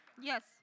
Yes